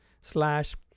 slash